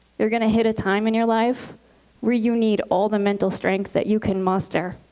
you're going to hit a time in your life where you need all the mental strength that you can muster.